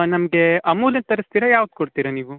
ನಮಗೆ ಅಮುಲಿದು ತರಿಸ್ತೀರಾ ಯಾವ್ದು ಕೊಡ್ತೀರ ನೀವು